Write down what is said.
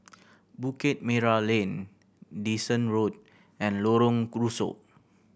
Bukit Merah Lane Dyson Road and Lorong